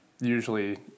usually